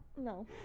No